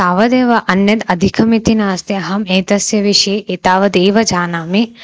तावदेव अन्यद् अधिकमिति नास्ति अहम् एतस्य विषये एतावदेव जानामि